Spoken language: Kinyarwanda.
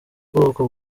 bwoko